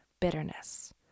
bitterness